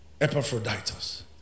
Epaphroditus